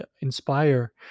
Inspire